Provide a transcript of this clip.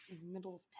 middle